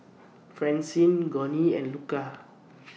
Francine Gurney and Luca